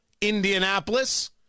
Indianapolis